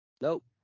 nope